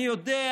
אני יודע.